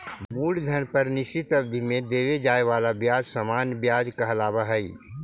मूलधन पर निश्चित अवधि में देवे जाए वाला ब्याज सामान्य व्याज कहलावऽ हई